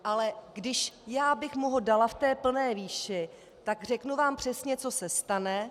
Ale kdybych mu ho dala v té plné výši, tak řeknu vám přesně, co se stane.